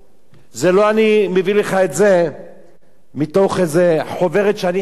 אני לא מביא לך את זה מתוך איזו חוברת שאני חיברתי,